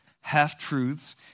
half-truths